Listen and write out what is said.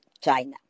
China